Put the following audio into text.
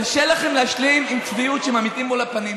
קשה לכם להשלים עם צביעות שמעמידים מול הפנים,